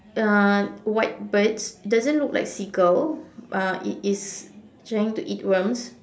uh white birds it doesn't looks like seagull uh it is trying to eat worms